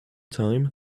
time